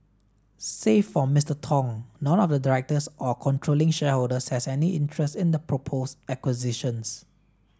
save for Mister Tong none of the directors or controlling shareholders has any interest in the proposed acquisitions